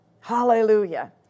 Hallelujah